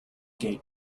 gate